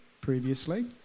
previously